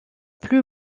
plus